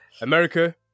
America